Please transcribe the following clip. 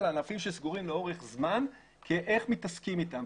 ענפים שסגורים לאורך זמן ולראות איך מתעסקים אתם.